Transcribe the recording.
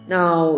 Now